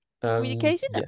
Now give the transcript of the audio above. communication